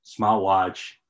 smartwatch